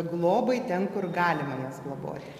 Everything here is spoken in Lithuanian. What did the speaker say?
globai ten kur galima jas globoti